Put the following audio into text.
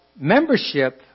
membership